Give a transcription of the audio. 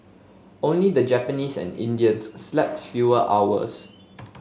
only the Japanese and Indians slept fewer hours